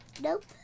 Nope